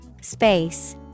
Space